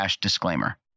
disclaimer